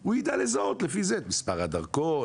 הוא יידע לזהות לפי זה את מספר הדרכון,